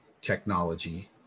technology